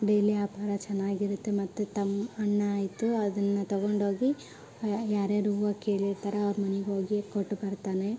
daily ವ್ಯಾಪಾರ ಚೆನ್ನಾಗಿರತ್ತೆ ಮತ್ತು ತಮ್ಮ ಅಣ್ಣಾಆಯ್ತು ಅದನ್ನು ತಗೊಂಡೋಗಿ ಯಾರ್ಯಾರು ಹೂವು ಕೇಳಿರ್ತಾರೆ ಅವ್ರ ಮನೆಗೋಗಿ ಕೊಟ್ಟು ಬರ್ತಾನೆ